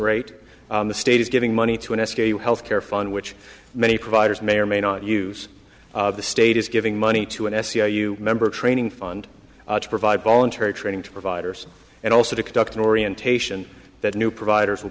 rate the state is giving money to an s k u health care fund which many providers may or may not use the state is giving money to an s c r you member training fund to provide voluntary training to providers and also to conduct an orientation that new providers will